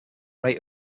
rate